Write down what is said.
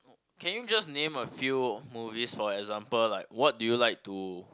can you just name a few movies for example like what do you like to